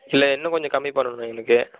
இல்லை இன்னும் கொஞ்சம் கம்மி பண்ணனும் எனக்கு